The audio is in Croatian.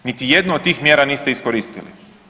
Niti jednu od tih mjera niste iskoristili.